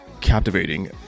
captivating